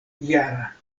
jara